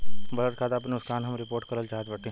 बचत खाता पर नुकसान हम रिपोर्ट करल चाहत बाटी